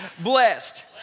blessed